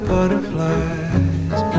Butterflies